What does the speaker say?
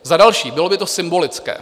Za další, bylo by to symbolické.